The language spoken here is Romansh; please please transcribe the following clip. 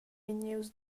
vegnius